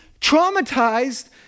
traumatized